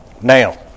Now